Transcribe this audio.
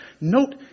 Note